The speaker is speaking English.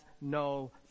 no